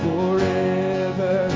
Forever